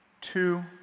two